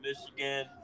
Michigan